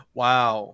wow